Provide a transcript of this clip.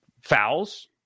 Fouls